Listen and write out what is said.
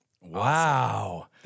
Wow